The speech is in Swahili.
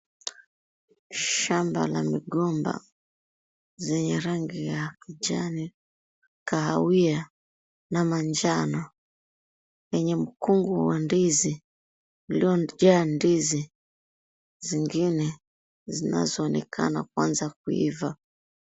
Shamba la migomba zenye rangi ya kijani, kahawia, na manjano lenye mkungu wa ndizi uliojaa ndizi zingine zinazoonekana kuanza kuiva.